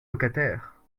locataires